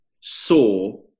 saw